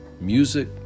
music